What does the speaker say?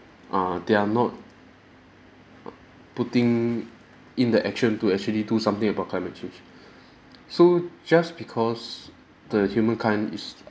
err they're not err putting in the action to actually do something about climate change so just because the humankind is